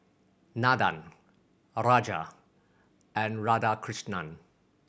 Nandan a Raja and Radhakrishnan